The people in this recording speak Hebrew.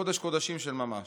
קודש-קודשים של ממש.